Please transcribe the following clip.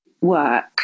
work